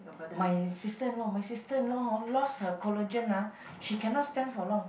my sister-in-law my sister-in-law hor lost her collagen ah she cannot stand for long